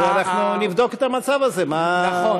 אז אנחנו נבדוק את המצב הזה, נכון.